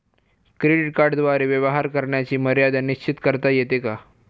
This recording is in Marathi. क्रेडिट कार्डद्वारे व्यवहार करण्याची मर्यादा निश्चित करता येते का?